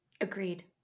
Agreed